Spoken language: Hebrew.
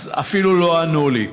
אז אפילו לא ענו לי.